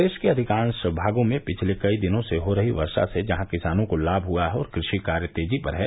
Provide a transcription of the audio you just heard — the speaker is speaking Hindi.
प्रदेश के अधिकांश भागों में पिछले कई दिनों से हो रही वर्षा से जहां किसानों को लाम हुआ है और कृषि कार्य तेजी पर हैं